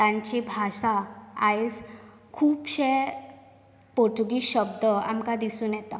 तांची भासा आयज खुबशे पोर्तुगीज शब्द आमकां दिसून येतात